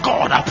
God